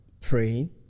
praying